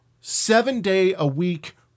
seven-day-a-week